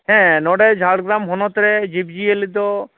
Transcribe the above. ᱦᱮᱸ ᱱᱚᱰᱮ ᱡᱷᱟᱲᱜᱨᱟᱢ ᱦᱚᱱᱚᱛ ᱨᱮ ᱡᱤᱵᱽ ᱡᱤᱭᱟᱹᱞᱤ ᱫᱚ